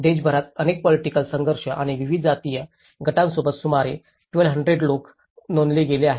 देशभरात अनेक पोलिटिकल संघर्ष आणि विविध जातीय गटांसोबत सुमारे 1200 लोक नोंदले गेले आहेत